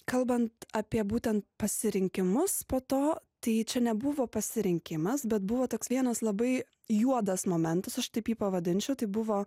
kalbant apie būtent pasirinkimus po to tai čia nebuvo pasirinkimas bet buvo toks vienas labai juodas momentas aš taip jį pavadinčiau tai buvo